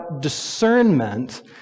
discernment